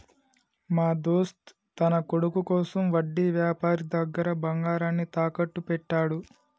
మా దోస్త్ తన కొడుకు కోసం వడ్డీ వ్యాపారి దగ్గర బంగారాన్ని తాకట్టు పెట్టాడు